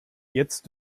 jetzt